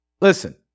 Listen